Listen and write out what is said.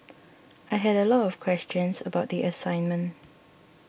I had a lot of questions about the assignment